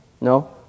No